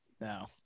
No